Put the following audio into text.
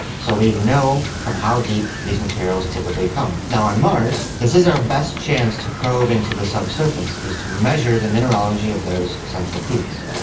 so we know from how deep these materials typically come. on mars this is our best chance to probe into the subsurface, is to measure the mineralogy of those central peaks.